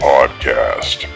Podcast